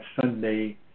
Sunday